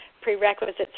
prerequisites